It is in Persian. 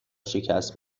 شکست